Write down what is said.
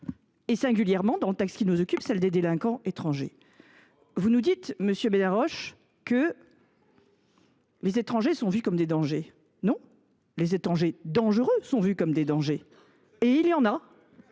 particulièrement, dans le cadre du texte qui nous occupe, celle des délinquants étrangers. Vous nous dites, monsieur Benarroche, que les étrangers sont perçus comme des dangers. Non ! Ce sont les étrangers dangereux qui sont vus comme des dangers. Et il y en a !